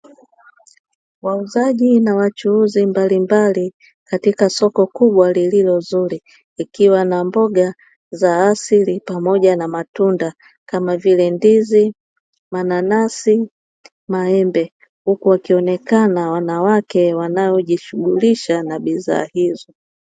Wauzaji na wachuruzi mbalimbali katika soko kubwa likiwa na mboga za asili pamoja na matunda kama vile: ndizi, mananasi, maembe; huku wakionekana wanawake wanaojishughulisha na bidhaa hizo.